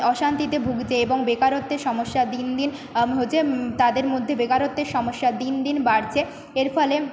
অশান্তিতে ভুগছে এবং বেকারত্বের সমস্যা দিন দিন হচ্ছে তাদের মধ্যে বেকারত্বের সমস্যা দিন দিন বাড়ছে এর ফলে